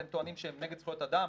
אתם טוענים שהם נגד זכויות אדם,